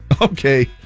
Okay